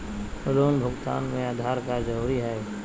Loan भुगतान में Aadhaar card जरूरी है?